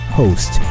host